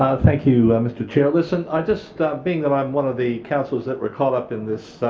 ah thank you, and mr chair. listen, i just, being that i am one of the councillors that were caught up in this